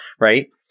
right